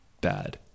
bad